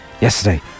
yesterday